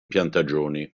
piantagioni